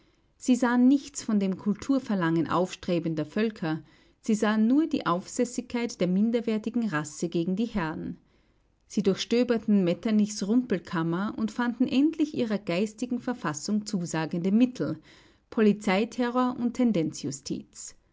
sie sahen nichts von dem kulturverlangen aufstrebender völker sie sahen nur die aufsässigkeit der minderwertigen rasse gegen die herren sie durchstöberten metternichs rumpelkammer und fanden endlich ihrer geistigen verfassung zusagende mittel polizeiterror und